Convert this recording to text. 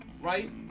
right